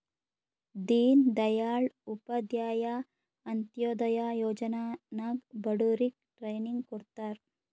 ದೀನ್ ದಯಾಳ್ ಉಪಾಧ್ಯಾಯ ಅಂತ್ಯೋದಯ ಯೋಜನಾ ನಾಗ್ ಬಡುರಿಗ್ ಟ್ರೈನಿಂಗ್ ಕೊಡ್ತಾರ್